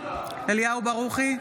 אליהו ברוכי,